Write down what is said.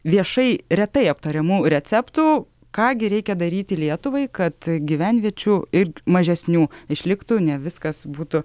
viešai retai aptariamų receptų ką gi reikia daryti lietuvai kad gyvenviečių ir mažesnių išliktų ne viskas būtų